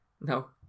no